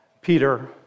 Peter